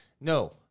No